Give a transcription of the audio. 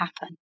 happen